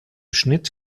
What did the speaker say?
schnitt